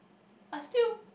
but still